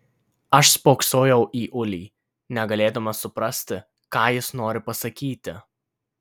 aš spoksojau į ulį negalėdama suprasti ką jis nori pasakyti